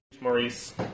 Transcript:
Maurice